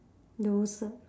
those uh